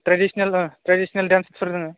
traditional औ traditional देन्सफोर दङ